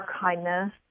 kindness